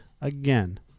again